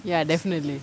ya definitely